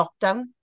lockdown